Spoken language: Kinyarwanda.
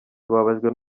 tubabajwe